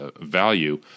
value